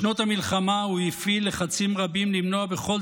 בשנות המלחמה הוא הפעיל לחצים רבים כדי למנוע בכל